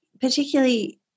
particularly